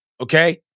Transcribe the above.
okay